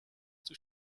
too